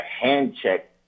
hand-check